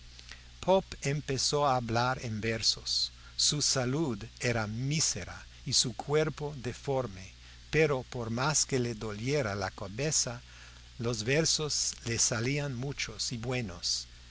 pope empezó a hablar en versos su salud era mísera y su cuerpo deforme pero por más que le doliera la cabeza los versos le salían muchos y buenos